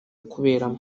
kuberamo